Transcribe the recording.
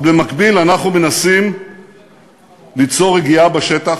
אבל במקביל אנחנו מנסים ליצור רגיעה בשטח.